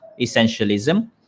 essentialism